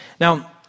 Now